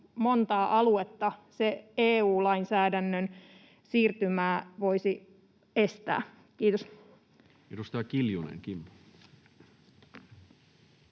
montaa aluetta EU-lainsäädännön siirtymä voisi estää? — Kiitos. Edustaja Kiljunen, Kimmo.